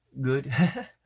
good